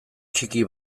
txiki